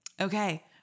Okay